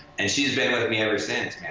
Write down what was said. and she's been with me ever since, man.